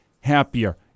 happier